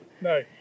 No